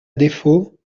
défaut